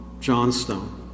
Johnstone